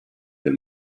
del